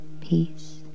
peace